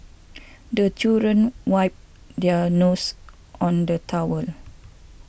the children wipe their noses on the towel